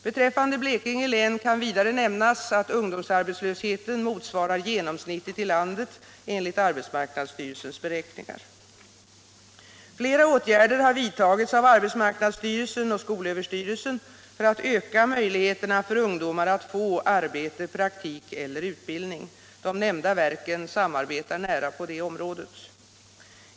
Beträffande Blekinge län kan vidare nämnas att ungdomsarbetslösheten motsvarar genomsnittet i landet enligt arbetsmarknadsstyrelsens beräkningar. Flera åtgärder har vidtagits av arbetsmarknadsstyrelsen och skolöverstyrelsen för att öka möjligheterna för ungdomar att få arbete, praktik eller utbildning. De nämnda verken samarbetar nära på detta område.